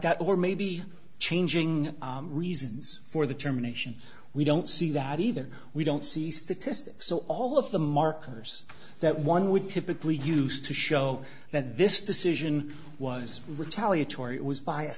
that or maybe changing reasons for the terminations we don't see that either we don't see statistics or all of the markers that one would typically use to show that this decision was retaliatory